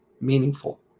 Meaningful